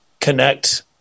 connect